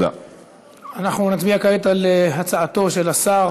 אנחנו נצביע כעת על הצעתו של השר